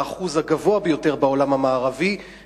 הוא האחוז הגבוה ביותר בעולם המערבי.